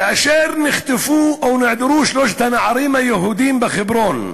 כאשר נחטפו או נעדרו שלושת הנערים היהודים בחברון,